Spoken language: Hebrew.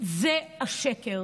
זה השקר.